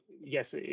yes